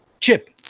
Chip